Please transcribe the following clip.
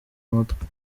amatwi